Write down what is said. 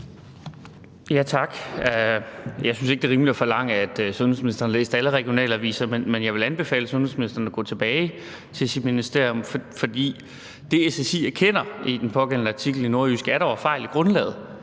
(V): Tak. Jeg synes ikke, det er rimeligt at forlange, at sundhedsministeren læser alle regionalaviser, men jeg vil anbefale sundhedsministeren at gå tilbage til sit ministerium i forhold til det. For det, SSI erkender i den pågældende artikel i NORDJYSKE, er, at der var fejl i grundlaget.